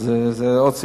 אז זה עוד סיפור.